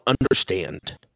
understand